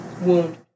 wound